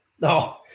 no